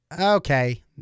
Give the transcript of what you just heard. okay